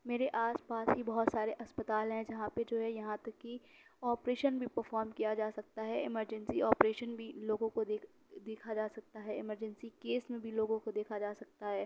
میرے آس پاس بھی بہت سارے اسپتال ہیں جہاں پہ جو ہے یہاں تک کہ آپریشن بھی پرفام کیا جا سکتا ہے ایمرجنسی آپریشن بھی لوگوں کو دیکھ دیکھا جا سکتا ہے ایمرجنسی کیس میں بھی لوگوں کو دیکھا جا سکتا ہے